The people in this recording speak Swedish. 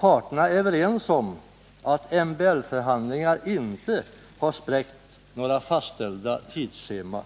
Parterna är överens om att MBL-förhandlingar inte har spräckt några fastställda tidsscheman.